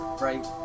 right